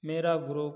मेरा ग्रुप